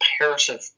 imperative